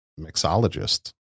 mixologist